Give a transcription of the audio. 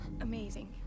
Amazing